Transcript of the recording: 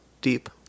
deep